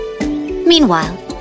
Meanwhile